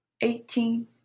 eighteen